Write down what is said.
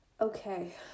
Okay